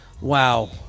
Wow